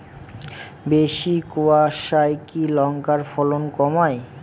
বেশি কোয়াশায় কি লঙ্কার ফলন কমায়?